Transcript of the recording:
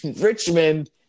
Richmond